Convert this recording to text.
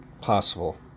Possible